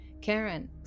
Karen